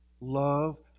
Love